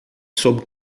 sob